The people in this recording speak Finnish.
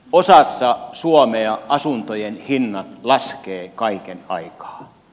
osassa suomea asuntojen hinnat laskevat kaiken aikaa